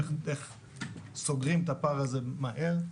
איך סוגרים את הפער הזה מהר.